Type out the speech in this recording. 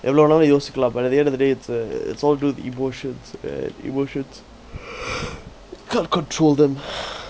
எவ்வளவு நாளா யோசிச்சு:evvalavu nala yosichu but at the end of the day it's uh it's all to do with the emotions and emotions you can't control them